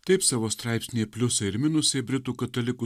taip savo straipsnyje pliusai ir minusai britų katalikų